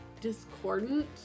discordant